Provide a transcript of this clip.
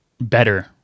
better